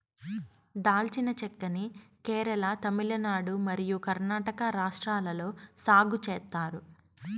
దాల్చిన చెక్క ని కేరళ, తమిళనాడు మరియు కర్ణాటక రాష్ట్రాలలో సాగు చేత్తారు